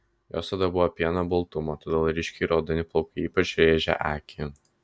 jos oda buvo pieno baltumo todėl ryškiai raudoni plaukai ypač rėžė akį